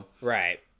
Right